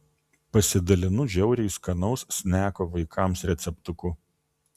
pasidalinu žiauriai skanaus sneko vaikams receptuku